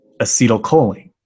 acetylcholine